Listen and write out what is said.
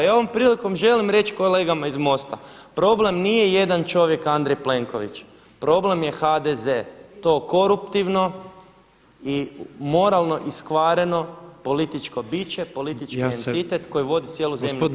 I ovom prilikom želim reći kolegama iz MOST-a, problem nije jedan čovjek Andrej Plenković, problem je HDZ, to koruptivno i moralno iskvareno političko biće, politički entitet koji vodi cijelu zemlju u propast.